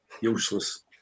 useless